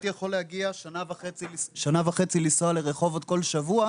לנסוע כל שבוע